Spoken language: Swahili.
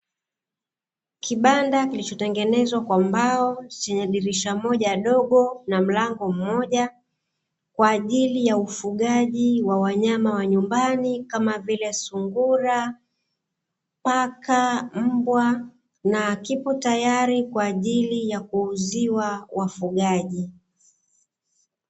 Kibanda kilichotengenezwa kwa mbao, chenye dirisha moja dogo na mlango mmoja kwa ajili ya ufugaji wa wanyama wa nyumbani kama vile: sungura, paka, mbwa na kipo tayari kwa ajili ya kuuziwa wafugaji.